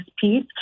piece